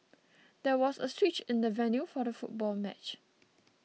there was a switch in the venue for the football match